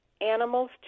animals